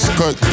cut